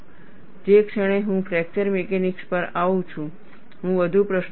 જે ક્ષણે હું ફ્રેક્ચર મિકેનિક્સ પર આવું છું હું વધુ પ્રશ્નો પૂછીશ